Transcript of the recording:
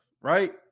right